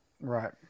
Right